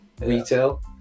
retail